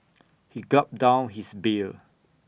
he gulped down his beer